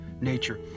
nature